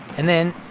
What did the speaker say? and then,